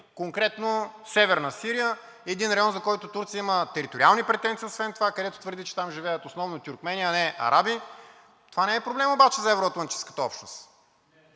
конкретно Северна Сирия, един район, за който Турция има териториални претенции освен това, където твърди, че там живеят основно тюркмени, а не араби. Това не е проблем обаче за евро-атлантическата общност.